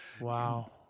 Wow